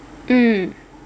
mm